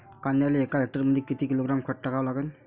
कांद्याले एका हेक्टरमंदी किती किलोग्रॅम खत टाकावं लागन?